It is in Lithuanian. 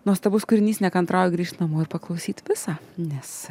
nuostabus kūrinys nekantrauju grįžt namo ir paklausyt visą nes